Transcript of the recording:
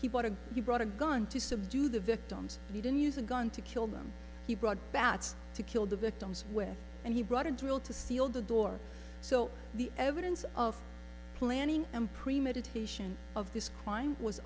he bought and he brought a gun to subdue the victims and he didn't use a gun to kill them he brought bats to kill the victims with and he brought into will to seal the door so the evidence of planning and premeditation of this crime was